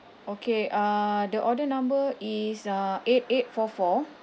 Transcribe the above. okay uh the order number is uh eight eight four four